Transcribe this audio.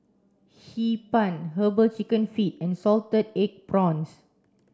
Hee Pan herbal chicken feet and salted egg prawns